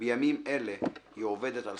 בימים אלה היא עובדת על